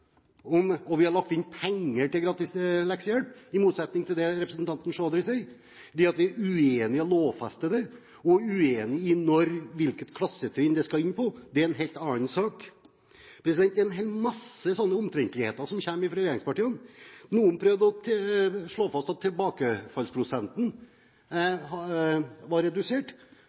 og vi har lagt inn penger til gratis leksehjelp, i motsetning til det representanten Chaudhry sier. Det at vi er uenig i å lovfeste det, og uenig i på hvilket klassetrinn det skal starte, er en helt annen sak. Det er en hel masse slike omtrentligheter som kommer fra regjeringspartiene. Noen prøver å slå fast at tilbakefallsprosenten var redusert.